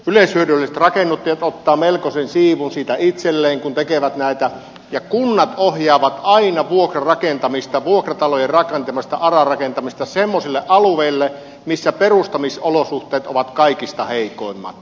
yleishyödylliset rakennuttajat ottavat melkoisen siivun siitä itselleen kun tekevät näitä ja kunnat ohjaavat aina vuokrarakentamista vuokratalojen rakentamista ara rakentamista semmoisille alueille missä perustamisolosuhteet ovat kaikista heikoimmat